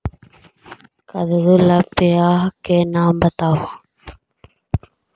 कददु ला बियाह के नाम बताहु?